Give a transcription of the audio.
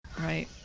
right